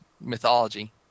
mythology